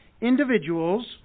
individuals